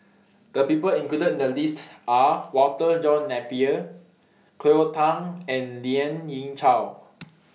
The People included in The list Are Walter John Napier Cleo Thang and Lien Ying Chow